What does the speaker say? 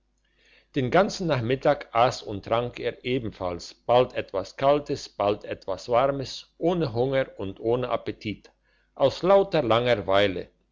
den ganzen nachmittag aß und trank er ebenfalls bald etwas kaltes bald etwas warmes ohne hunger und ohne appetit aus lauter langeweile